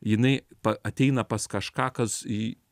jinai ateina pas kažką kas į